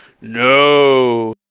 No